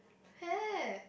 have